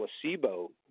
placebo